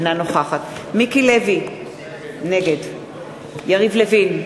אינה נוכחת יריב לוין,